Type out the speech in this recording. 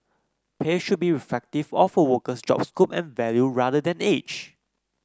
pay should be reflective of a worker's job scope and value rather than age